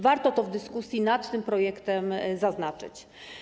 Warto to w dyskusji nad tym projektem zaznaczyć.